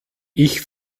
ich